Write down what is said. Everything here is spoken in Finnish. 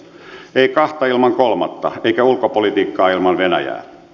ei kahta ilman kolmatta eikä ulkopolitiikkaa ilman venäjää